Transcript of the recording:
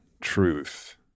truth